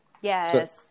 Yes